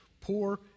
Poor